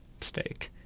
steak